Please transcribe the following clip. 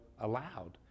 allowed